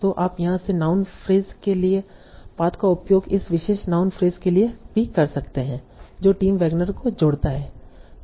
तो आप यहां से नाउन फ्रेज के लिए पाथ का उपयोग इस विशेष नाउन फ्रेज के लिए कर सकते हैं जो टिम वैगनर को जोड़ता है